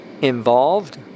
involved